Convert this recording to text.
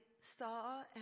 saw